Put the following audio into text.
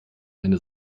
eine